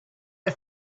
the